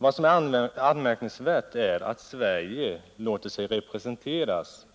Det anmärkningsvärda är att Sverige låter sig representeras